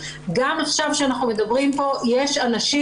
גם עכשיו כשאנחנו מדברים פה יש אנשים